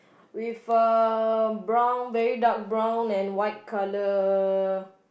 with a brown very dark brown and white colour